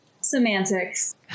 Semantics